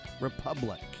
republic